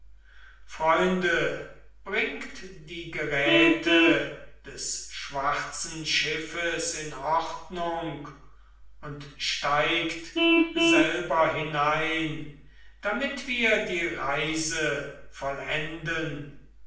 freunde bringt die geräte des schwarzen schiffes in ordnung und steigt selber hinein damit wir die reise vollenden